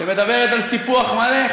שמדברת על סיפוח מלא.